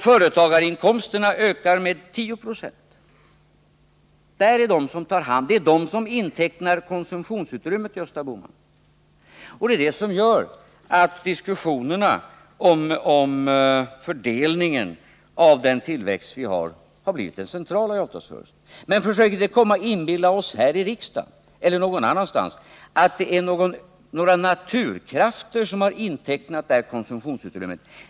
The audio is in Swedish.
Företagarinkomsterna ökar med 10 96. Det är de som intecknar konsumtionsutrymmet, Gösta Bohman, och det är det som gör att diskussionerna om fördelningen av den tillväxt vi har har blivit de centrala i avtalsrörelsen. Men försök inte inbilla oss här i riksdagen eller någon annanstans att det är några naturkrafter som har intecknat det här konsumtionsutrymmet.